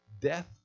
death